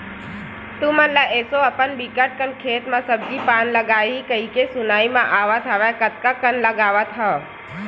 तुमन ल एसो अपन बिकट कन खेत म सब्जी पान लगाही कहिके सुनाई म आवत हवय कतका कन म लगावत हव?